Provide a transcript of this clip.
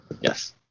Yes